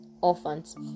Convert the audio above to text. orphans